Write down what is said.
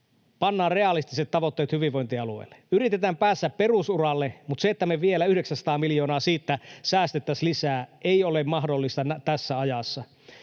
pannaan realistiset tavoitteet hyvinvointialueille, yritetään päästä perusuralle. Mutta se, että me vielä 900 miljoonaa siitä säästettäisiin lisää, ei ole mahdollista tässä ajassa.